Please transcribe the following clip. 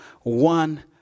one